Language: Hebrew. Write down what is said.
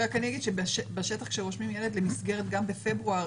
אגיד שבשטח כשרושמים ילד למסגרת גם בפברואר,